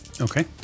okay